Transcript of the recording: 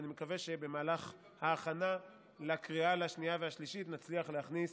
ואני מקווה שבמהלך ההכנה לקריאה השנייה והשלישית נצליח להכניס